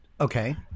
Okay